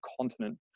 continent